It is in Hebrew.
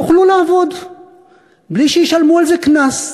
יוכלו לעבוד בלי שישלמו על זה קנס,